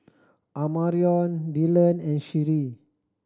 Amarion Dillon and Sheree